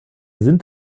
sind